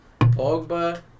Pogba